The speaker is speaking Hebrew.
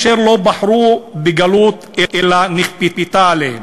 אשר לא בחרו בגלות אלא היא נכפתה עליהם,